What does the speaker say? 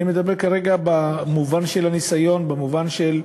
אני מדבר כרגע במובן של הניסיון, במובן של,